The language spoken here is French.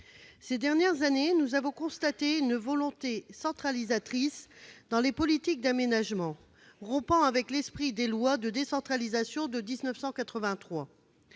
ces dernières années, nous avons constaté une volonté centralisatrice dans les politiques d'aménagement, volonté qui rompt avec l'esprit des lois de décentralisation de 1983.